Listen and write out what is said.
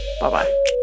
Bye-bye